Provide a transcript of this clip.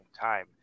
time